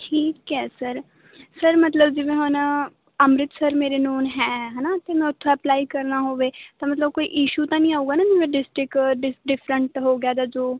ਠੀਕ ਹੈ sir sir ਮਤਲਬ ਜਿਵੇਂ ਹੁਣ ਅੰਮ੍ਰਿਤਸਰ ਮੇਰੇ ਨੋਨ ਹੈ ਹੈ ਨਾ ਅਤੇ ਮੈਂ ਉੱਥੋਂ ਅਪਲਾਈ ਕਰਨਾ ਹੋਵੇ ਤਾਂ ਮਤਲਬ ਕੋਈ ਇਸ਼ੂ ਤਾਂ ਨਹੀਂ ਆਉਗਾ ਨਾ ਜਿਵੇਂ ਡਿਸਟਰਿਕਟ ਡਿਸ ਡਿਫਰੈਂਟ ਹੋ ਗਿਆ ਜਾਂ ਜੋ